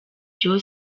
byo